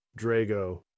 Drago